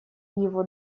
его